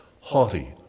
haughty